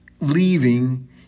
leaving